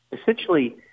essentially